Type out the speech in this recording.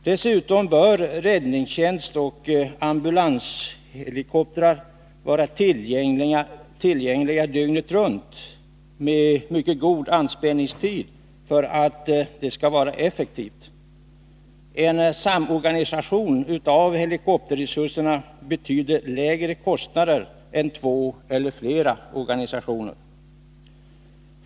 Dessutom bör räddningsoch ambulanshelikoptrar vara tillgängliga dygnet runt med mycket god anspänningstid för att det skall vara effektivt. En samorganisation av helikopterresurserna betyder lägre kostnader än två eller flera organisationer.